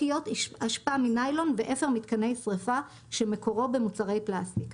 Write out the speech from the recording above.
שקיות אשפה מניילון ואפר מיתקני שריפה שמקורו במוצרי פלסטיק,